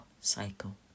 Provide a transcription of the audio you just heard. cycle